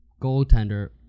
goaltender